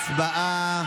הצבעה.